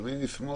אז על מי תסמוך,